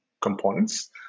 components